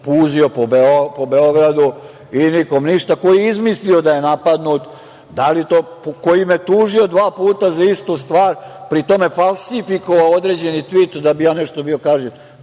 puzio po Beogradu i nikome ništa, koji je izmislio da je napadnut, koji me tužio dva puta za istu stvar, a pri tome falsifikovao određeni tvit da bi ja nešto bio kažnjen?